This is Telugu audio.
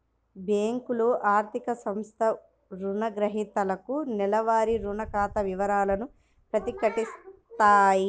బ్యేంకులు, ఆర్థిక సంస్థలు రుణగ్రహీతలకు నెలవారీ రుణ ఖాతా వివరాలను ప్రకటిత్తాయి